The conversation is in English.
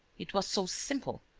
it was so simple!